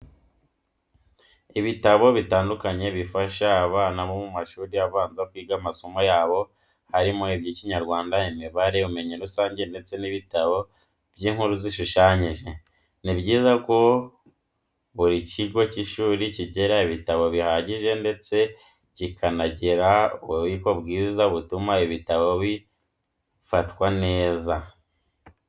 Ibitabo bitandukanye bifasha abana bo mu mashuri abanza kwiga amasomo yabo, harimo iby'Ikinyarwanda, imibare, ubumenyi rusange ndetse n'ibitabo by'inkuru zishushanije. Ni byiza ko buri kigo cy'ishuri kigira ibitabo bihagije ndetse kikanagira ububiko bwiza butuma ibitabo bifatwa neza.